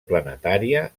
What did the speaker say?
planetària